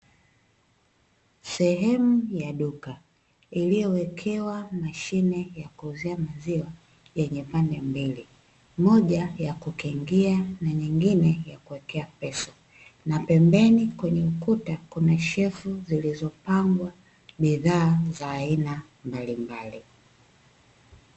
Sehemu ya duka iliyowekewa mashine ya kuuzia maziwa yenye pande mbili. Moja ya kukingia, na nyingine ya kuwekea pesa. Na pembeni kwenye ukuta kuna shelfu zilizopangwa bidhaa za aina mbalimbali.